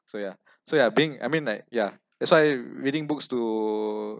so yeah so yeah being I mean like ya that's why reading books to